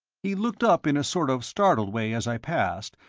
he looked up in a sort of startled way as i passed,